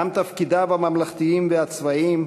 גם תפקידיו הממלכתיים והצבאיים,